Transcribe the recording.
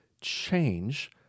change